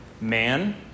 man